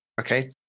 okay